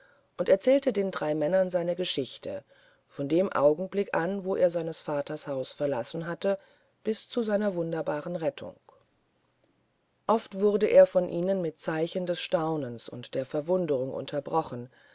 und erzählte den drei männern seine geschichte von dem augenblick an wo er seines vaters haus verlassen hatte bis zu seiner wunderbaren rettung oft wurde er von ihnen mit zeichen des staunens und der verwunderung unterbrochen